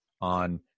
on